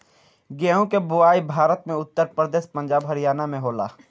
गेंहू के बोआई भारत में उत्तर प्रदेश, पंजाब, हरियाणा में होला